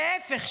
להפך,